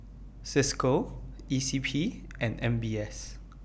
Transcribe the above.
CISCO E C P and M B S